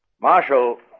Marshal